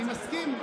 אני מסכים.